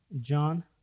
John